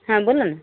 हा बोला ना